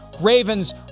Ravens